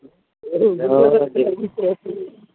అవునండి